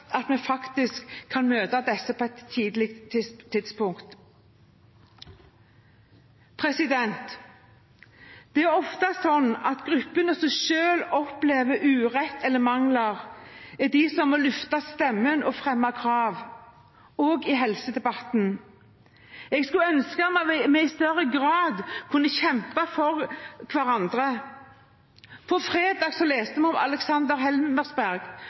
at vi faktisk kan møte dem på et tidlig tidspunkt. Det er ofte sånn at gruppene som selv opplever urett eller mangler, er dem som må løfte stemmen og fremme krav, også i helsedebatten. Jeg skulle ønske at vi i større grad kunne kjempe for hverandre. På fredag leste vi om Aleksander Helmersberg,